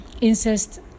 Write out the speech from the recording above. incest